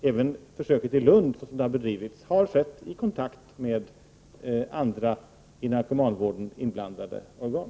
Även försöket i Lund har skett i kontakt med andra, i narkomanvården inblandade organ.